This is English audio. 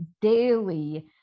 daily